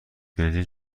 بنزین